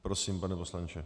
Prosím, pane poslanče.